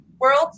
world